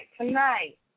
Tonight